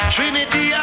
Trinity